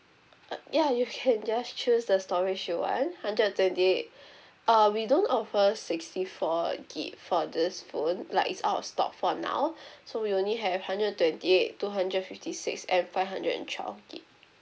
uh ya you can just choose the storage you want hundred twenty eight uh we don't offer sixty four err gig for this phone like it's out of stock for now so we only have hundred twenty eight two hundred fifty six and five hundred and twelve gig